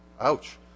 Ouch